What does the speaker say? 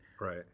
right